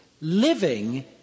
living